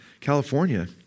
California